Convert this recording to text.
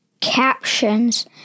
captions